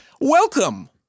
Welcome